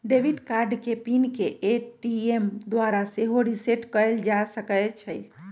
debit card के PIN के ATM द्वारा सेहो रीसेट कएल जा सकै छइ